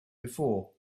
before